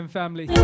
family